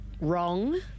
Wrong